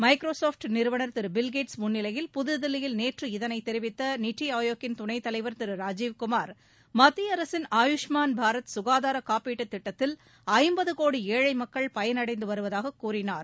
Microsoft நிறுவனர் Thiru Bill Gates முன்னிலையில் புதுதில்லியில் நேற்று இதனைத் தெரிவித்த நித்தி ஆயோக்கின் துணைத் தலைவர் திரு ராஜீவ்குமார் மத்திய அரசின் ஆயுஷ்மான் பாரத் சுகாதார காப்பீட்டுத் திட்டத்தில் ஐம்பது கோடி ஏழை மக்கள் பலனடைந்து வருவதாகக் கூறினார்